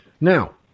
Now